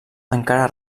encara